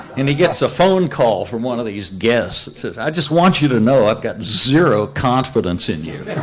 and he gets a phone call from one of these guests that says, i just want you to know i've got zero confidence in you.